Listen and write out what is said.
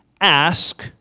ask